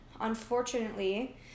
Unfortunately